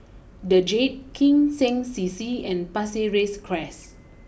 the Jade Kim Seng C C and Pasir Ris Crest